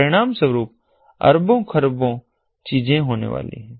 परिणाम स्वरूप अरबों खरबों चीजें होने वाली है